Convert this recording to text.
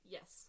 Yes